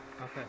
Okay